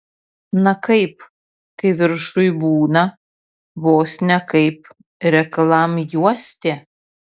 na kaip kai viršuj būna vos ne kaip reklamjuostė